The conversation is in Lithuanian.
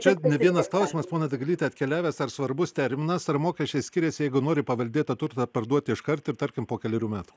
čia ne vienas klausimas ponia dagilyte atkeliavęs ar svarbus terminas ar mokesčiai skiriasi jeigu nori paveldėtą turtą parduoti iškart ir tarkim po kelerių metų